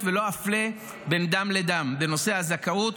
ולא אפלה בין דם לדם בנושא הזכאות,